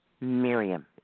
Miriam